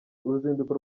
uruzinduko